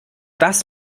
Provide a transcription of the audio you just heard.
das